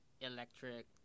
electric